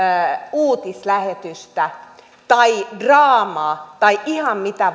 uutislähetystä tai draamaa tai ihan mitä